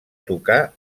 tocar